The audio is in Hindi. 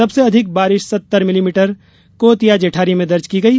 सबसे अधिक बारिश सत्तर भिलीमीटर कोतिया जेठारी में दर्ज की गई